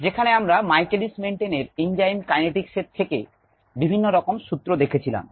সেখানে আমরা Michaelis Menten এর এনঞ্জাইম কাইনেটিকস থেকে বিভিন্ন রকম সূত্র দেখেছিলাম